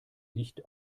nicht